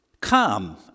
Come